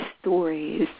stories